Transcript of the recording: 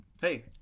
Hey